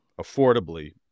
affordably